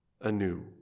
anew